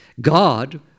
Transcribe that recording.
God